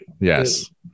Yes